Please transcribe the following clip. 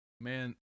Man